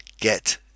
get